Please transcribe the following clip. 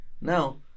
Now